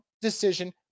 decision